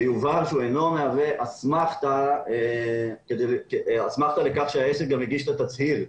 שיובהר שהוא אינו מהווה אסמכתה לכך שהעסק גם הגיש את התצהיר.